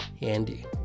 andy